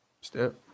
step